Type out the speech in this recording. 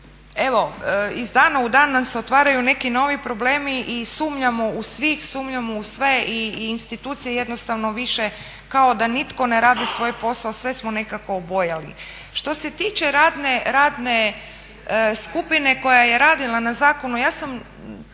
evo, iz dana u dan nam se otvaraju neki novi problemi i sumnjamo u svih, sumnjamo u sve i institucije jednostavno više kao da nitko ne radi svoj posao, sve smo nekako obojali. Što se tiče radne skupine koja je radila na zakonu, ja sam